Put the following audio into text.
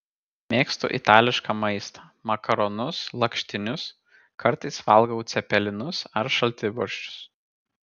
mėgstu itališką maistą makaronus lakštinius kartais valgau cepelinus ar šaltibarščius